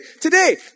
Today